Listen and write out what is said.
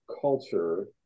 Culture